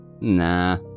nah